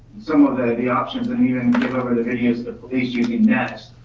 some of the the options, and even get over the videos, the police using nets,